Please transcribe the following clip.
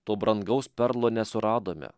to brangaus perlo nesuradome